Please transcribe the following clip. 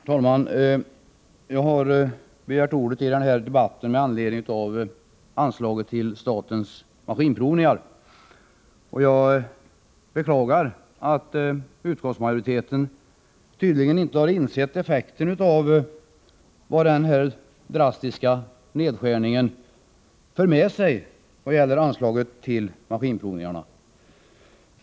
Herr talman! Jag har begärt ordet i den här debatten med anledning av anslaget till statens maskinprovningar. Jag beklagar att utskottsmajoriteten inte har insett vad den drastiska nedskärningen av anslaget till statens maskinprovningar för med sig.